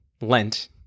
Lent